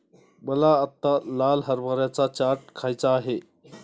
मला आत्ता लाल हरभऱ्याचा चाट खायचा आहे